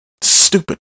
stupid